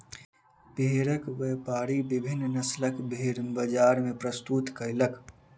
भेड़क व्यापारी विभिन्न नस्लक भेड़ बजार मे प्रस्तुत कयलक